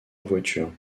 voitures